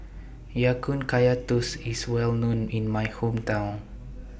Ya Kun Kaya Toast IS Well known in My Hometown